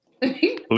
please